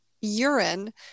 urine